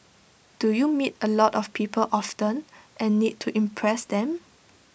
do you meet A lot of people often and need to impress them